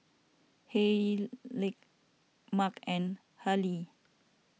Hayleigh Mark and Hallie